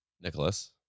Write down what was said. Nicholas